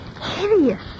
hideous